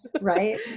Right